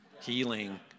Healing